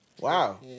Wow